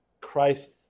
Christ